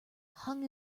hung